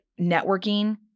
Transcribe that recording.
networking